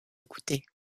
écoutait